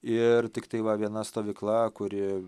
ir tiktai va viena stovykla kuri